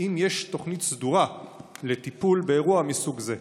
האם יש תוכנית סדורה לטיפול באירוע מסוג זה?